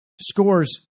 scores